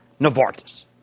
Novartis